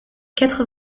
quatre